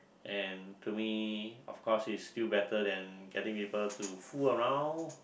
and to me of course it's still better than getting people to fool around